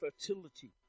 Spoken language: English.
fertility